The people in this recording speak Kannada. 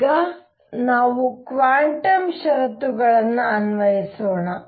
ಈಗ ನಾವು ಕ್ವಾಂಟಮ್ ಷರತ್ತುಗಳನ್ನು ಅನ್ವಯಿಸೋಣ